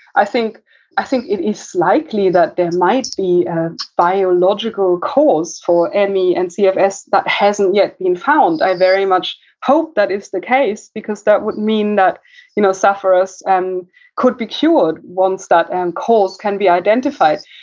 i think i think it is slightly that there might be a biological cause for and me and cfs but, hasn't yet been found. i very much hope that it's the case because that would mean that you know sufferers um could be cured once that and cause can be identified.